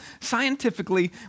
scientifically